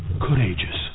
courageous